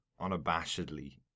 unabashedly